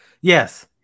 Yes